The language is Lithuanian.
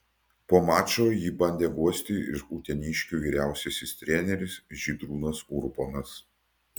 po mačo jį bandė guosti ir uteniškių vyriausiasis treneris žydrūnas urbonas